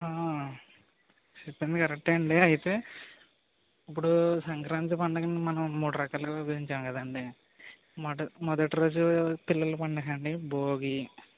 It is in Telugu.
చెప్పింది కరెక్టే అండీ అయితే ఇప్పుడు సంక్రాంతి పండగని మనం మూడు రకాలుగా విభజించాము కదండీ మొద మొదటి రోజు పిల్లల పండుగ అండీ భోగీ